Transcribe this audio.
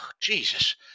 Jesus